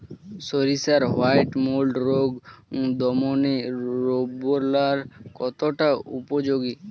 সরিষার white mould রোগ দমনে রোভরাল কতটা উপযোগী?